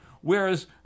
Whereas